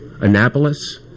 Annapolis